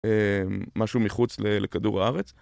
משהו מחוץ לכדור הארץ.